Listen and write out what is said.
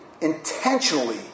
intentionally